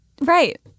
Right